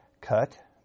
cut